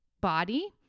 body